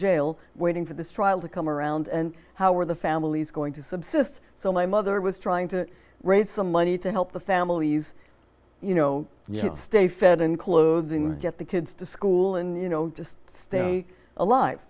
jail waiting for this trial to come around and how are the families going to subsist so my mother was trying to raise some money to help the families you know stay fed and clothed get the kids to school in the you know just stay alive